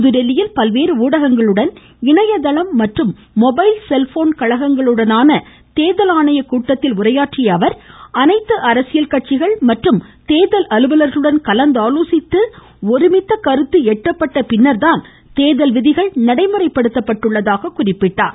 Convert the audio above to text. புதுதில்லியில் இன்று பல்வேறு ஊடகங்களுடனும் இணையதளம் மற்றும் மொபைல் செல்போன் கழகங்கத்துடனான தேர்தல் உ ஆணையத்தின் கூட்டத்தில் உரையாற்றிய அவர் அனைத்து அரசியல் கட்சிகள் மற்றும் தேர்தல் அலுவலா்களுடனும் கலந்தாலோசித்து ஒருமித்த கருத்து எட்டப்பட்ட பின்னா்தான் தேர்தல்விதிகள் நடைமுறைப்படுத்தப்படுவதாக அவர் குறிப்பிட்டார்